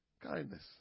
Kindness